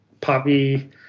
poppy